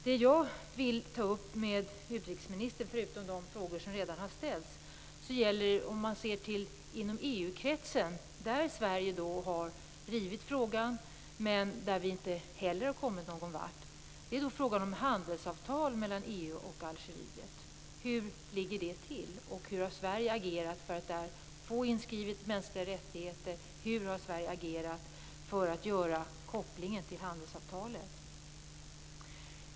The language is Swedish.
Det jag vill ta upp med utrikesministern - förutom de frågor som redan har ställts - är hur man ser på saken inom EU-kretsen, där Sverige har drivit frågan men ännu inte kommit någon vart. Det är ju en fråga om handelsavtal mellan EU och Algeriet. Hur har Sverige agerat för att göra kopplingen till mänskliga rättigheter i handelsavtalet?